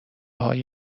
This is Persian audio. های